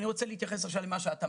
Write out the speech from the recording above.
אני רוצה להתייחס למה שאת אמרת: